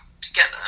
together